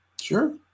Sure